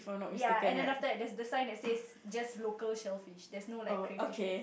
ya and after that the sign that says just local shellfish there is no like crayfish or anything